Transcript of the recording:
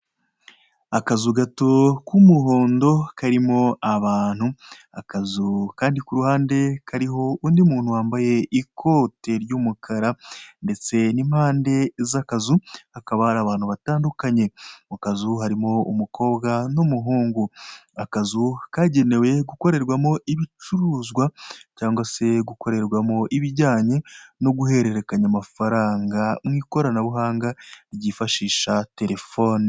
Akazu gato k'umuhondo karimo abantu, akazu kandi ku ruhande kariho undi muntu wambaye ikote ry'umukara, ndetse n'impande z'akazu hakaba hari abantu batandukanye mu kazu harimo umukobwa n'umuhungu, akazu kagenewe gukorerwamo ibicuruzwa cyangwa se gukorerwa mu bijyanye no guhererekanya amafaranga mu ikoranabuhanga ryifashisha Telefoni.